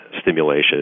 stimulation